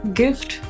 gift